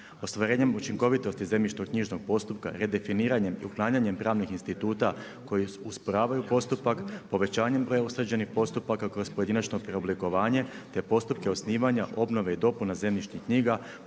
Ostvarenjem učinkovitosti zemljišno-knjižnog postupka, redefiniranjem i uklanjanjem pravnih instituta koji usporavaju postupak, povećanjem broja … postupaka kroz pojedinačno preoblikovanje te postupke osnivanja, obnove i dopuna zemljišnih knjiga